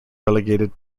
relegated